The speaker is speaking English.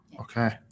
okay